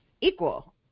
equal